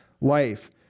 life